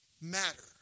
matter